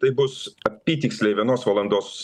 tai bus apytiksliai vienos valandos